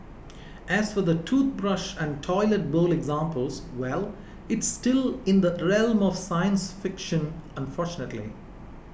as for the toothbrush and toilet bowl examples well it's still in the realm of science fiction unfortunately